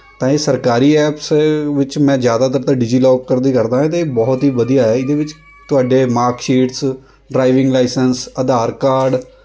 ਤਾਂ ਇਹ ਸਰਕਾਰੀ ਐਪਸ ਵਿੱਚ ਮੈਂ ਜ਼ਿਆਦਾਤਰ ਤਾਂ ਡਿਜੀਲੋਕਰ ਦੀ ਕਰਦਾ ਐਂ ਅਤੇ ਬਹੁਤ ਹੀ ਵਧੀਆ ਹੈ ਇਹਦੇ ਵਿੱਚ ਤੁਹਾਡੇ marksheets driving licence Aadhaar card